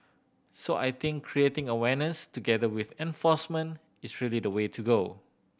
so I think creating awareness together with enforcement is really the way to go